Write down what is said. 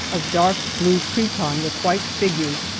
of dark-blue cretonne with white figures,